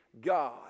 God